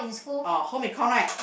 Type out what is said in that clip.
orh home econ right